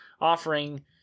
offering